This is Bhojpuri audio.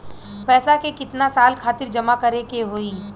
पैसा के कितना साल खातिर जमा करे के होइ?